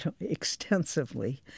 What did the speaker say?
extensively